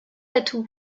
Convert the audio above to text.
atout